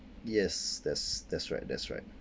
yes that's that's right that's right